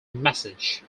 message